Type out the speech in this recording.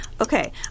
Okay